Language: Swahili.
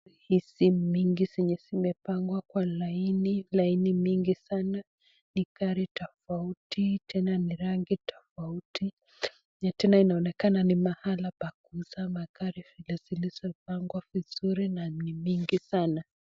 Hizi mingi zilizopangwa kwenye laini mingi sana, ni gari tofauti tena ni rangi tofauti, tena inaonekana ni mahali ya kuuza magari zilizopangwa vizuri na ni mingi sanaa.